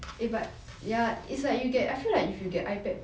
pro damn fat sia I will just get ya